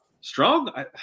Strong